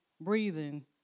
breathing